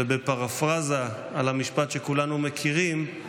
ובפרפרזה על המשפט שכולנו מכירים,